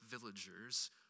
villagers